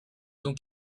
donc